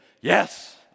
yes